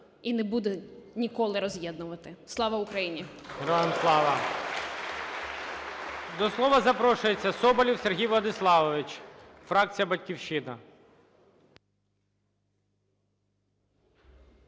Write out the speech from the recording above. і не буде ніколи роз'єднувати. Слава Україні!